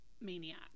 Maniac